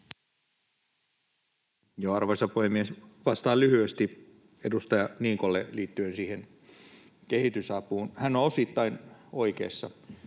Arvoisa puhemies! Vastaan lyhyesti edustaja Niikolle liittyen kehitysapuun. Hän on osittain oikeassa.